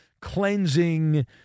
cleansing